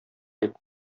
әйт